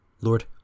Lord